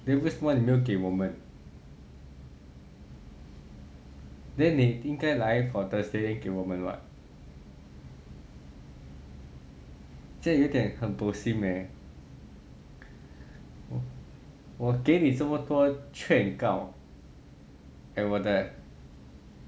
then 为什么你没有给我们 then 你应该来 for thursday then 给我们 what 这样有一点很 bo xim leh 我给你那么多劝告我的